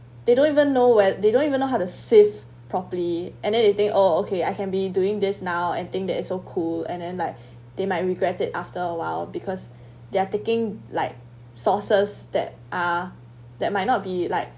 they don't even know where they don't even know how to sieve properly and anything oh okay I can be doing this now and think that it is so cool and then like they might regret it after awhile because they are taking like sources that are that might not be like